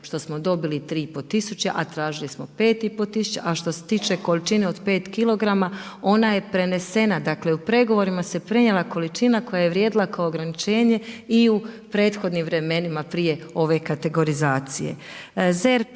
što smo dobili 3 i pol tisuće, a tražili smo 5 i pol tisuća, a što se tiče količine od 5 kilograma, ona je prenesena, dakle u pregovorima se prenijela količina koja je vrijedila kao ograničenje i u prethodnim vremenima, prije ove kategorizacije. ZERP,